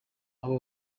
abo